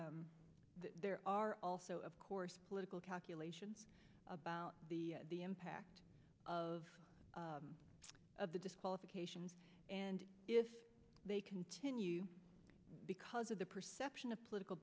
there are also of course political calculation about the impact of of the disqualifications and if they continue because of the perception of political